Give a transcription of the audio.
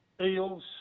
eels